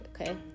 okay